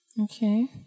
Okay